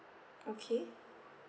okay